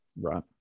Right